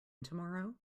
tomorrow